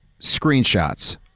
screenshots